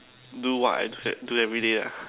do what I say do every day ah